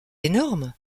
énorme